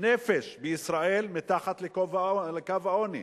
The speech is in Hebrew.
נפש בישראל מתחת לקו העוני,